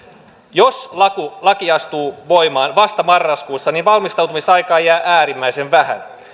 jos laki laki astuu voimaan vasta marraskuussa valmistautumisaikaa jää äärimmäisen vähän